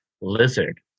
Lizard